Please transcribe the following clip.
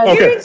Okay